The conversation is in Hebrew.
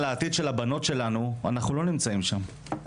העתיד של הבנות שלנו אנחנו לא נמצאים שם.